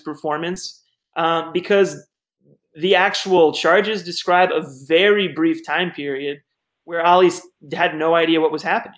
performance because the actual charges describe a very brief time period we always had no idea what was happening